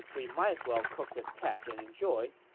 we might as well cook his catch and enjoy.